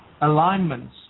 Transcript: alignments